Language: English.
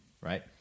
right